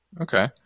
okay